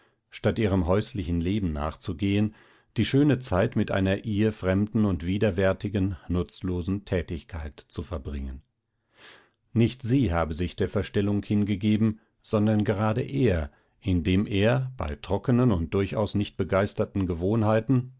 statt ihrem häuslichen leben nachzugehen die schöne zeit mit einer ihr fremden und widerwärtigen nutzlosen tätigkeit zu verbringen nicht sie habe sich der verstellung hingegeben sondern gerade er indem er bei trockenen und durchaus nicht begeisterten gewohnheiten